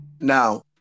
Now